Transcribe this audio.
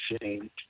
change